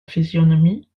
physionomie